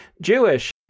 Jewish